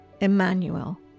Emmanuel